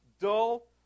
dull